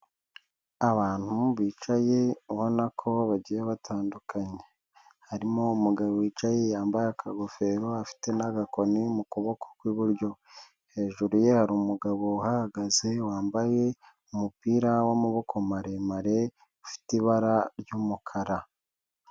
Abantu bicaye ubona ko bagiye batandukanye. Harimo umugabo wicaye, yambaye akagofero afite n'agakoni mu kuboko kw'iburyo. Hejuru ye hari umugabo uhahagaze, wambaye umupira w'amaboko maremare, ufite ibara ry'umukara.